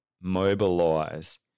mobilize